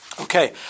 Okay